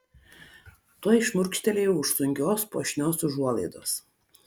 tuoj šmurkštelėjau už sunkios puošnios užuolaidos